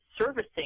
servicing